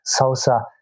salsa